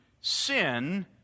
sin